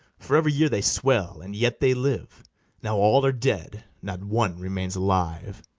for every year they swell, and yet they live now all are dead, not one remains alive.